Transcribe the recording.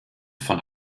von